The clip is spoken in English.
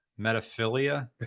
Metaphilia